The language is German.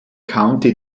county